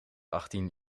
achttien